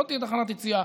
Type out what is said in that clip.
לא תהיה תחנת יציאה,